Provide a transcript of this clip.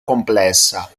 complessa